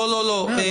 מירה, חברים.